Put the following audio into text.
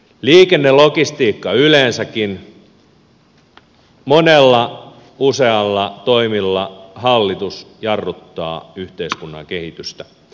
liikennelogistiikka yleensäkin monilla useilla toimilla hallitus jarruttaa yhteiskunnan kehitystä